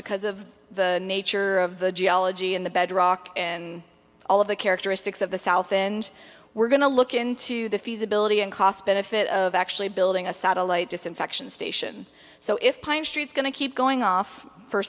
because of the nature of the geology and the bedrock and all of the characteristics of the south and we're going to look into the feasibility and cost benefit of actually building a satellite disinfection station so if streets going to keep going off for